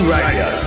Radio